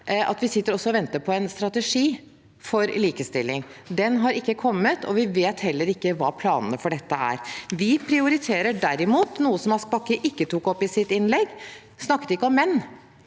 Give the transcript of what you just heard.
vi sitter og venter på en strategi for likestilling. Den har ikke kommet, og vi vet heller ikke hva planene for dette er. Vi prioriterer derimot noe som Ask Bakke ikke tok opp i sitt innlegg. Hun snakket ikke om menn.